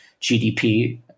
GDP